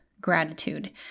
gratitude